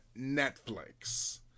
Netflix